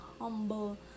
humble